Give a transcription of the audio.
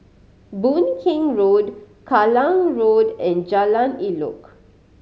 Boon Keng Road Kallang Road and Jalan Elok